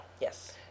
yes